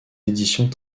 éditions